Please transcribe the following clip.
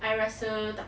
I rasa